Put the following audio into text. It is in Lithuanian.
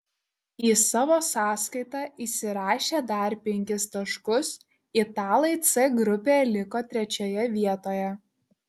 į savo sąskaitą įsirašę dar penkis taškus italai c grupėje liko trečioje vietoje